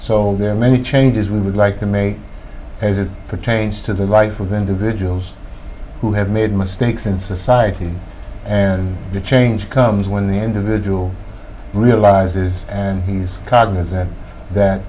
so there are many changes we would like to make as it pertains to the rights of individuals who have made mistakes in society and the change comes when the individual realizes and he's cognizant that